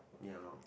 ya lor